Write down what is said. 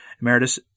Emeritus